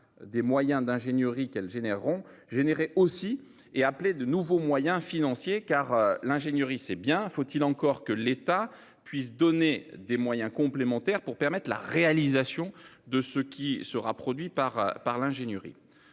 des moyens d'ingénierie qu'elles généreront. Aussi et appelé de nouveaux moyens financiers car l'ingénierie. C'est bien, faut-il encore que l'état puisse donner des moyens complémentaires pour permettre la réalisation de ce qui sera produit par par l'ingénierie.